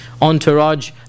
entourage